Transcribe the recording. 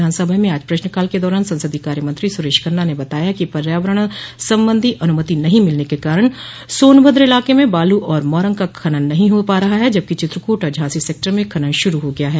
विधानसभा में आज प्रश्नकाल के दौरान संसदीय कार्य मंत्री सुरेश खन्ना ने बताया कि पर्यावरण संबंधी अनुमति नहीं मिलने के कारण सोनभद्र इलाक में बालू और मोरंग का खनन नहीं हो रहा है जबकि चित्रकूट और झांसी सेक्टर में खनन शुरू हो गया है